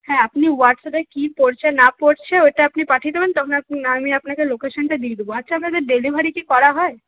হ্যাঁ আপনি ওয়াটস অ্যাপে কি পরছে না পরছে ওটা আপনি পাঠিয়ে দেবেন তখন আমি আপনাকে লোকেশানটা দিয়ে দিব আচ্ছা আপনাদের ডেলিভারি কি করা হয়